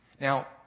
Now